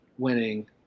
winning